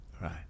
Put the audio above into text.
Right